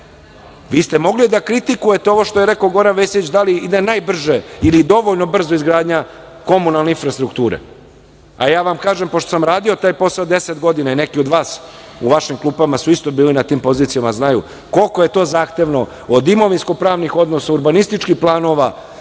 ste mogli da kritikujete ovo što je rekao Goran Vesić, da li ide najbrže ili dovoljno brzo izgradnja komunalne infrastrukture, a ja vam kažem, pošto sam radio taj posao 10 godina i neki od vas u vašim klupama su isto bili na tim pozicijama i znaju koliko je to zahtevno od imovinsko-pravnih odnosa, urbanističkih planova,